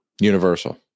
Universal